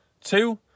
two